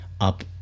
up